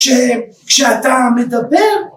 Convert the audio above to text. כשאתה מדבר